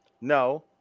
No